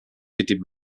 city